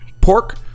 pork